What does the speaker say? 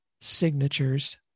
signatures